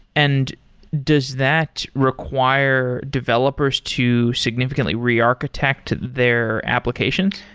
and does that require developers to significantly rearchitect their applications?